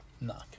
No